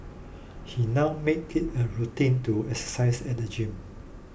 he now makes it a routine to exercise at the gym